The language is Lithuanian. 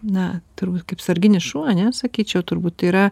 na turbūt kaip sarginis šuo ane sakyčiau turbūt yra